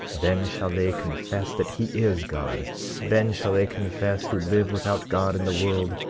then shall they confess that he is god then shall they confess, who live without god in the world,